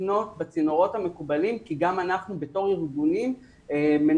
לפנות בצינורות המקובלים כי גם אנחנו בתור ארגונים מנסים